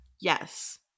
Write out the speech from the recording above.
Yes